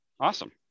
Awesome